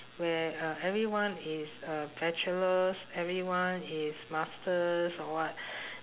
where uh everyone is a bachelor's everyone is master's or what